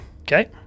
okay